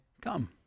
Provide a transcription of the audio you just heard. come